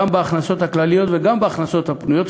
גם בהכנסות הכלליות וגם בהכנסות הפנויות.